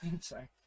sorry